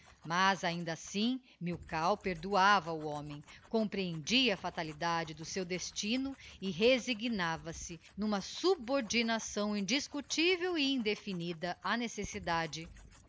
mas ainda assim milkau perdoava ao homem comprehendia a fatalidade do seu destino e resignava se n'uma subordinação indiscutivel e indefinida á necessidade